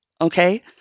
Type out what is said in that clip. Okay